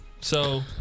So-